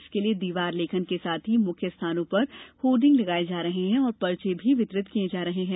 इसके लिए दीवार लेखन के साथ ही मुख्य स्थानों पर होर्डिंग लगाये जा रहे हैं और पर्चे भी वितरित किये जा रहे हैं